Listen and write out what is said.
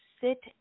sit